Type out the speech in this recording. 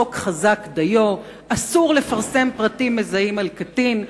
החוק חזק דיו: אסור לפרסם פרטים מזהים על קטין,